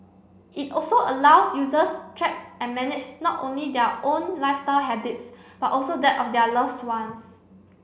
it also allows users track and manage not only their own lifestyle habits but also that of their loves ones